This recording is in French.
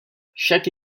chaque